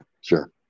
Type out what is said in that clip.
sure